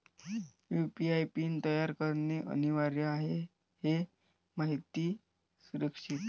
UPI PIN तयार करणे अनिवार्य आहे हे माहिती सुरक्षित